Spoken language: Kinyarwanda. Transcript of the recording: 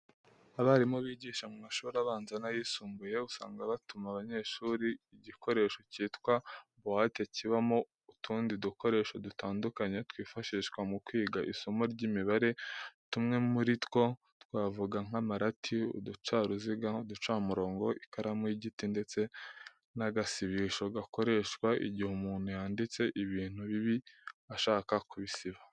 Abarimu bigisha mu mashuri abanza n'ayisumbuye, usanga batuma abanyeshuri igikoresho cyitwa buwate kibamo utundi dukoresho dutandukanye twifashishwa mu kwiga isomo ry'imibare. Tumwe muri two twavuga nk'amarati, uducaruziga, uducamurongo, ikaramu y'igiti ndetse n'agasibisho gakoreshwa igihe umuntu yanditse ibintu bibi ashaka kubisiba.